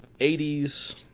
80s